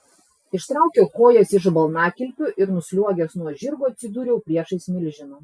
ištraukiau kojas iš balnakilpių ir nusliuogęs nuo žirgo atsidūriau priešais milžiną